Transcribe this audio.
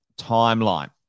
timeline